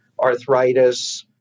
arthritis